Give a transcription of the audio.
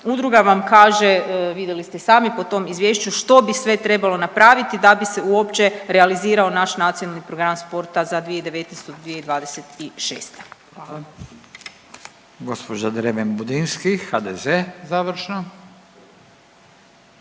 udruga vam kaže vidjeli se i sami po tom izvješću što bi sve trebalo napraviti da bi se uopće realizirano naš nacionalni program sporta za 2019.-2026. Hvala.